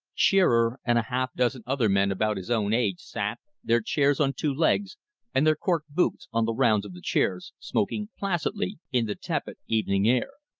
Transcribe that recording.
shearer and a half dozen other men about his own age sat, their chairs on two legs and their cork boots on the rounds of the chairs, smoking placidly in the tepid evening air.